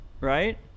Right